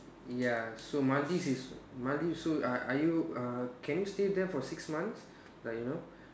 ya so Maldives is Maldives so are are you uh can you stay there for six months like you know